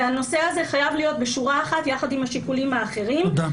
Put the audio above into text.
והנושא הזה חייב להיות בשורה אחת יחד עם השיקולים האחרים -- תודה.